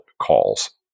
calls